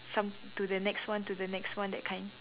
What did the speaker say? some to the next one to the next one that kind